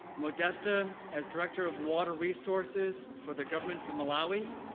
modesta, as director of water resources for the government of malawi,